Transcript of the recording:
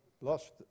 lost